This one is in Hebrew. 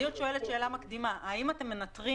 אני עוד שואלת שאלה מקדימה, האם אתם מנטרים